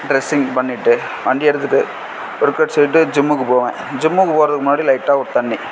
dressing பண்ணிவிட்டு வண்டி எடுத்துகிட்டு ஓர்க் அவுட் செய்யுணுட்டு ஜிம்முக்கு போவேன் ஜிம்முக்கு போகிறதுக்கு முன்னாடி லைட்டாக ஒரு தண்ணி